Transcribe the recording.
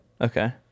Okay